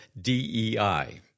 DEI